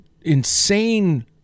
insane